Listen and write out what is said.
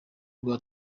rwa